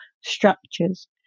structures